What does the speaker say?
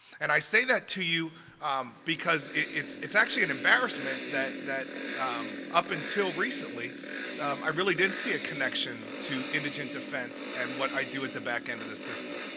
and i say that to you because it's it's actually an embarrassment that that up until recently i did see a connection to indigent defense and what i do at the back end of the system.